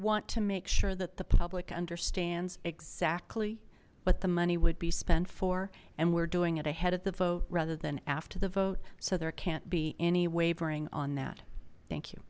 want to make sure that the public understands exactly what the money would be spent for and we're doing it ahead of the vote rather than after the vote so there can't be any wavering on that thank you